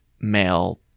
male